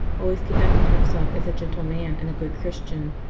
always conducted himself as a gentle man and a good christian,